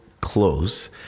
close